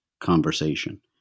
conversation